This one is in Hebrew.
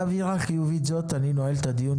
באווירה חיובית זו אני נועל את הדיון.